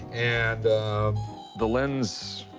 and the lens,